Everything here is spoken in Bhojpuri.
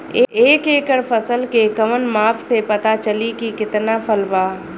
एक एकड़ फसल के कवन माप से पता चली की कितना फल बा?